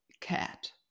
cat